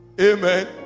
Amen